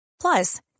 Plus